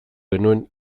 genuen